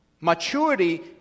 Maturity